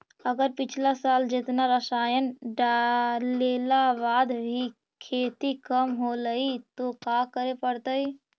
अगर पिछला साल जेतना रासायन डालेला बाद भी खेती कम होलइ तो का करे पड़तई?